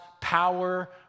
power